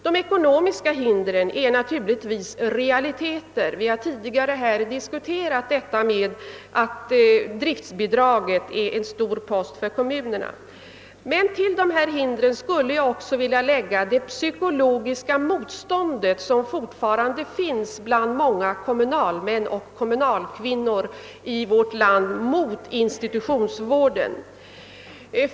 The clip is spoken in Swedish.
De ekonomiska hindren är naturligtvis realiteter. Vi har tidigare diskuterat det faktum att driftbidraget är en stor post för kommunerna. Men till dessa hinder skulle jag också vilja lägga det psykologiska motstånd mot institutionsvård som fortfarande finns bland många kommunalmän och kommunalkvinnor i vårt land.